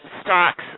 stocks